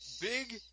big